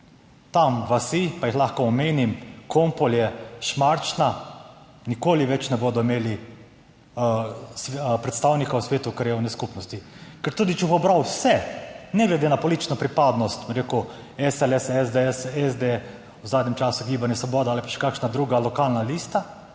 Tam vasi, pa jih lahko omenim, Kompolje, Šmarčna, nikoli več ne bodo imele predstavnika v svetu krajevne skupnosti. Ker tudi če bo pobral vse, ne glede na politično pripadnost, bom rekel SLS, SDS, SD, v zadnjem času Gibanje Svoboda ali pa še kakšna druga lokalna lista,